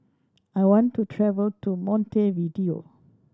I want to travel to Montevideo